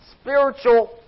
spiritual